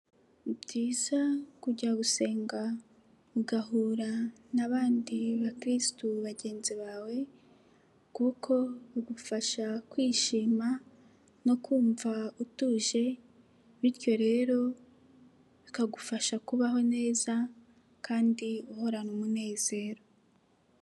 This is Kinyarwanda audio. Ni byiza kujya gusenga, ugahura n'abandi bakirisitu bagenzi bawe kuko bigufasha kwishima no kumva utuje bityo rero bikagufasha kubaho neza kandi uhorana umunezero.